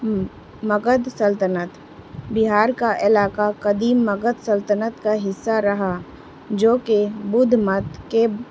مگد سلطنت بہار کا علاقہ قدیم مگد سلطنت کا حصہ رہا جو کہ بدھ مت کے